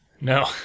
No